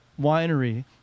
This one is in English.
winery